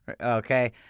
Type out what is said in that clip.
Okay